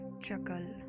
chuckle